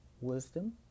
wisdom